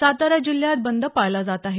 सातारा जिल्ह्यात बंद पाळला जात आहे